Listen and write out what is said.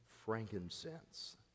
frankincense